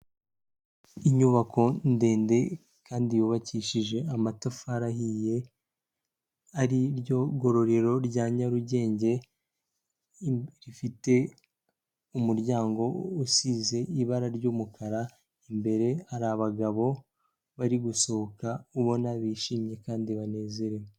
Inyubako ndende kandi yubakishije amatafari ahiye ari ryo gororero rya Nyarugenge, rifite umuryango usize ibara ry'umukara. Imbere hari abagabo bari gusohoka ubona bishimye kandi banezerewe.